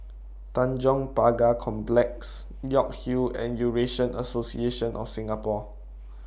Tanjong Pagar Complex York Hill and Eurasian Association of Singapore